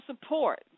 support